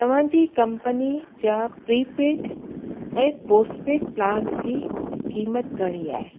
तव्हांजी कंपनी जा प्रीपेड ऐं पोस्टपेड प्लांस जी क़ीमत घणी आहे